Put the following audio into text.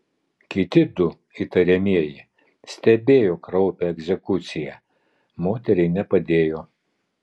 kiti du įtariamieji stebėjo kraupią egzekuciją moteriai nepadėjo